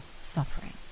suffering